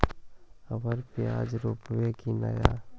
अबर प्याज रोप्बो की नय?